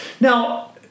Now